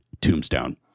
tombstone